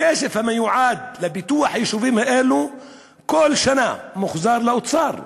הכסף המיועד לפיתוח היישובים האלו כל שנה מוחזר לאוצר.